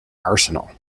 arsenal